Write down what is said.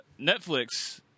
Netflix